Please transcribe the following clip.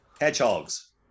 hedgehogs